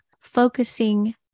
focusing